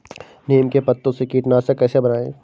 नीम के पत्तों से कीटनाशक कैसे बनाएँ?